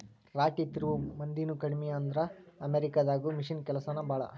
ರಾಟಿ ತಿರುವು ಮಂದಿನು ಕಡಮಿ ಆದ್ರ ಅಮೇರಿಕಾ ದಾಗದು ಮಿಷನ್ ಕೆಲಸಾನ ಭಾಳ